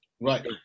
Right